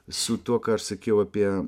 su tuo ką aš sakiau apie